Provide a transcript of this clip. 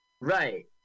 Right